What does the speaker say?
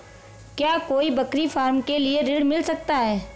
क्या कोई बकरी फार्म के लिए ऋण मिल सकता है?